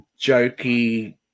jokey